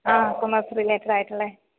ആ കൊമ്മേഴ്സ് റിലേറ്റഡായിട്ടുള്ളത്